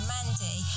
Mandy